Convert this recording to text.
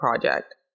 project